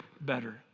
better